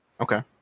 okay